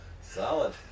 solid